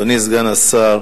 אדוני סגן השר,